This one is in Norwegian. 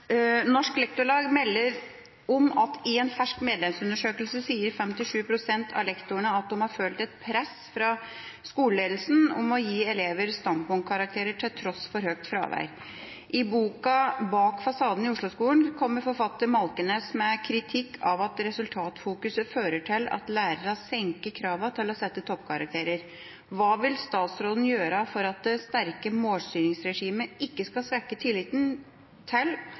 Lektorlag melder om at i en fersk medlemsundersøkelse sier 57 pst. av lektorene at de har følt et press fra skoleledelsen om å gi elever standpunktkarakterer til tross for høyt fravær. I boka «Bak fasaden i Osloskolen» kommer forfatter Malkenes med kritikk av at resultatfokuset fører til at lærerne senker kravene til å sette toppkarakterer. Hva vil statsråden gjøre for at det sterke målstyringsregimet ikke skal svekke tilliten til